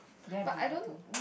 then I've to redo